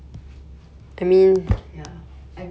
他刚才 nua 在那个 bed